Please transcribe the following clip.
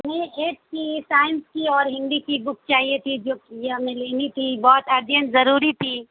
نہیں ایک تھی سائنس کی اور ہندی کی بک چاہیے تھی جو کہ یہ ہمیں لینی تھی بہت ارجینٹ ضروری تھی